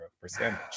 percentage